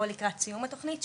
או לקראת סיום התכנית,